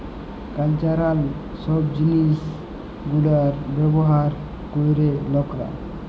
cultural সব জিলিস গুলার ব্যবসা ক্যরে লকরা